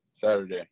Saturday